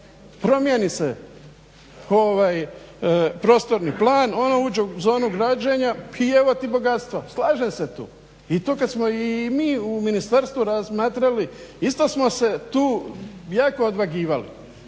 promijeni se prostorni plan, ono uđe u zonu građenja i evo ti bogatstva i slažem se tu. I to kad smo i mi u ministarstvu razmatrali isto smo se tu jako odvagivali.